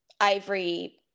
ivory